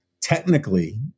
technically